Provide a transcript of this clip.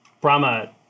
brahma